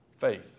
faith